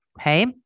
Okay